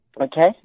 Okay